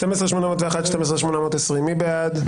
12,741 עד 12,760, מי בעד?